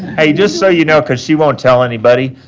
hey, just so you know because she won't tell anybody,